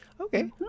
okay